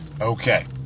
Okay